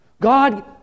God